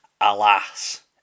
Alas